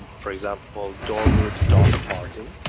for example, derwood doc martin.